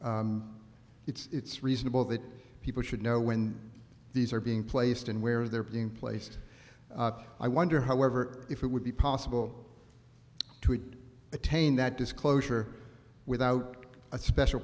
it's reasonable that people should know when these are being placed and where they're being placed i wonder however if it would be possible to attain that disclosure without a special